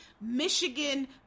Michigan